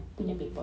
mm mm